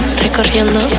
Recorriendo